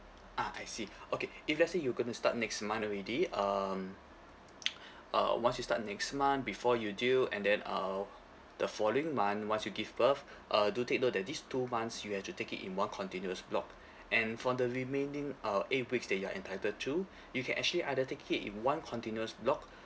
ah I see okay if let's say you gonna start next month already um uh once you start in next month before you do and then uh the following month once you give birth uh do take note that these two months you have to take it in one continuous block and for the remaining uh eight weeks that you are entitled to you can actually either take it in one continuous block